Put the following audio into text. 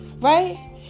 Right